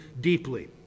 deeply